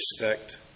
respect